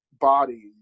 bodies